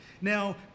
Now